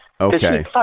Okay